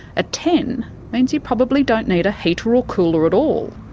a ten means you probably don't need a heater or cooler at all.